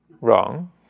Wrong